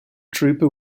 trooper